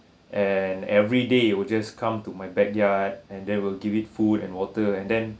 and every day it will just come to my backyard and they will give it food and water and then